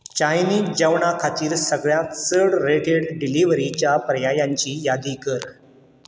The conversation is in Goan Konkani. चायनीज जेवणा खातीर सगळ्यांत चड रेटेड डिलिवरीच्या पर्यायांची यादी कर